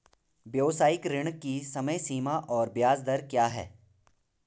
व्यावसायिक ऋण की समय सीमा और ब्याज दर क्या है?